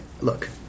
look